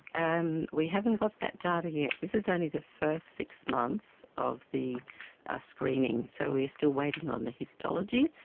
um we haven't got that data yet, this is only the first six months of the ah screening, so we are still waiting on the histology.